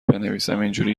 بنویسم، اینجوری